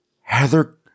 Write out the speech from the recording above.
Heather